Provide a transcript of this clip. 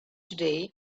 today